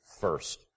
first